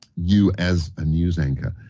you as a news anchor.